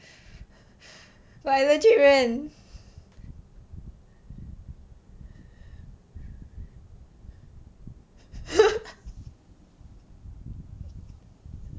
but I legit ran